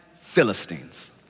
Philistines